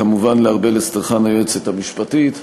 כמובן לארבל אסטרחן, היועצת המשפטית.